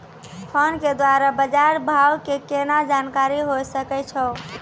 Phone के द्वारा बाज़ार भाव के केना जानकारी होय सकै छौ?